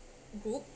group